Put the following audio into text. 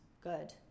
good